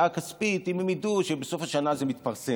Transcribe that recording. אם הם ידעו שבסוף השנה זה מתפרסם.